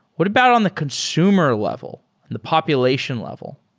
what about on the consumer level and the population level?